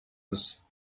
ist